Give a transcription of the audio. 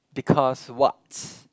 because what